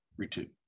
Ritu